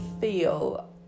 feel